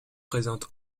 présente